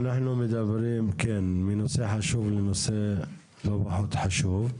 כן, מנושא חשוב לנושא לא פחות חשוב.